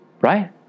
Right